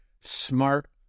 SMART